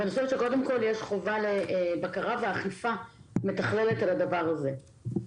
אני חושבת שקודם כל יש חובה לבקרה ואכיפה מתכללת על הדבר הזה.